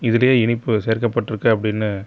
இதிலேயே இனிப்பு சேர்க்கப்பட்டிருக்குது அப்படின்னு